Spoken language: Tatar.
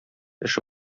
эше